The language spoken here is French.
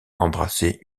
embrasser